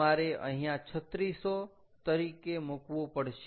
તમારે અહીંયા 3600 તરીકે મૂકવું પડશે